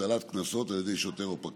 הטלת קנסות על ידי שוטר או פקח.